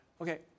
Okay